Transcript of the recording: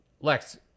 Lex